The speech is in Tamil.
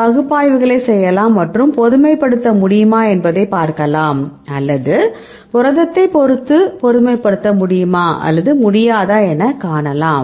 பகுப்பாய்வுகளைச் செய்யலாம் மற்றும் பொதுமைப்படுத்த முடியுமா என்பதைப் பார்க்கலாம் அல்லது புரதத்தைப் பொறுத்து பொதுமைப்படுத்த முடியுமா அல்லது முடியாதா என காணலாம்